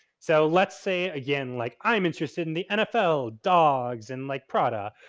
so, let's say again, like, i'm interested in the nfl, dogs, and like prada.